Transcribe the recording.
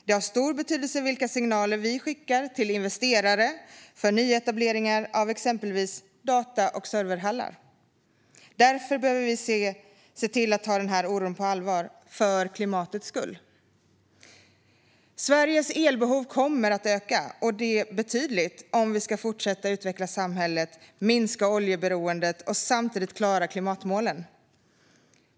Det har stor betydelse vilka signaler vi skickar till investerare inför nyetableringar av exempelvis data och serverhallar. Därför behöver vi se till att ta oron på allvar, för klimatets skull. Sveriges elbehov kommer att öka - och det betydligt - om vi ska fortsätta att utveckla samhället och minska oljeberoendet och samtidigt klara klimatmålen.